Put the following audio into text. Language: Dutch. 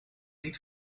niet